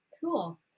cool